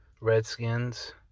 Redskins